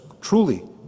truly